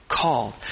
called